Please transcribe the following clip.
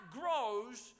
grows